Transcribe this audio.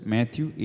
Matthew